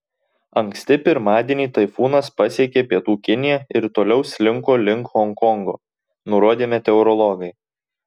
anksti pirmadienį taifūnas pasiekė pietų kiniją ir toliau slinko link honkongo nurodė meteorologai